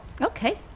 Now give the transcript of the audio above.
Okay